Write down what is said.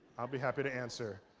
i'll be happy to answer.